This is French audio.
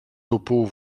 topeau